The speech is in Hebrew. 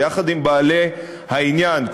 ויחד עם בעלי העניין,